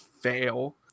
fail